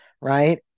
right